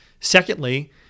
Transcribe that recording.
Secondly